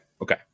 okay